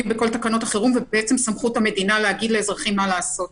בכל תקנות החירום ובעצם סמכות המדינה להגיד לאזרחים מה לעשות.